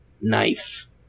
knife